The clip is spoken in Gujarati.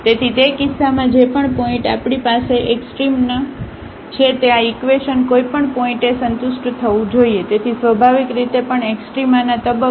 તેથી તે કિસ્સામાં જે પણ પોઇન્ટ આપણી પાસે એક્સ્ટ્રીમનો છે તે આ ઇકવેશન કોઈપણ પોઇન્ટએ સંતુષ્ટ થવું જોઈએ તેથી સ્વાભાવિક રીતે પણ એક્સ્ટ્રામાના તબક્કે